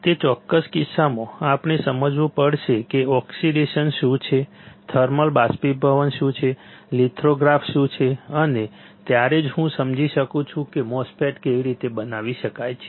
તે ચોક્કસ કિસ્સામાં આપણે સમજવું પડશે કે ઓક્સિડેશન શું છે થર્મલ બાષ્પીભવન શું છે લિથોગ્રાફી શું છે અને ત્યારે જ હું સમજી શકું છું કે MOSFET કેવી રીતે બનાવી શકાય છે